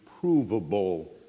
provable